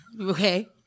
Okay